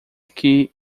que